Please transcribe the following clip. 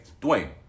Dwayne